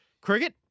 cricket